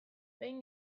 behin